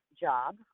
job